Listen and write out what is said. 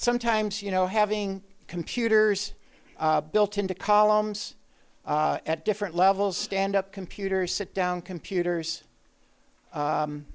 sometimes you know having computers built into columns at different levels stand up computer sit down computers